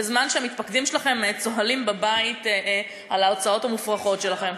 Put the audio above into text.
בזמן שהמתפקדים שלכם צוהלים בבית על ההצעות המופרכות שלכם.